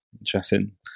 Interesting